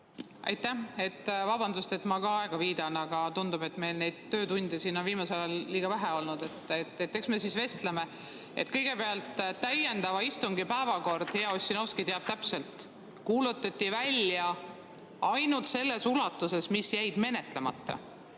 Aitäh! Vabandust, et ma ka aega viidan, aga tundub, et meil on töötunde siin viimasel ajal liiga vähe olnud. Eks me siis vestleme. Kõigepealt, täiendava istungi päevakord, hea Ossinovski teab täpselt, kuulutati välja ainult nende päevakorrapunktidega, mis jäid menetlemata.